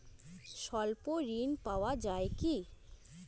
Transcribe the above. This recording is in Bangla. স্বল্প ঋণ পাওয়া য়ায় কি?